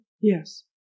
Yes